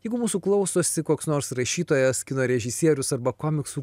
jeigu mūsų klausosi koks nors rašytojas kino režisierius arba komiksų